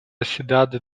cidade